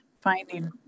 finding